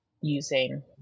using